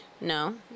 No